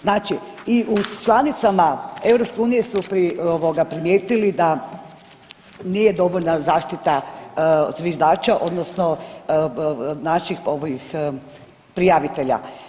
Znači i u članicama EU su ovoga primijetili da nije dovoljna zaštita zviždača odnosno naših ovih prijavitelja.